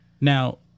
Now